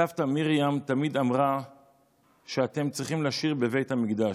סבתא מרים תמיד אמרה שאתם צריכים לשיר בבית המקדש.